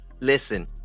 Listen